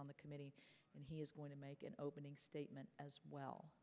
on the committee and he is going to make an opening statement as well